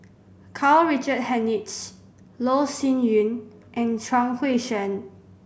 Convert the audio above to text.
Karl Richard Hanitsch Loh Sin Yun and Chuang Hui Tsuan